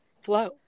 flow